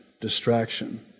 distraction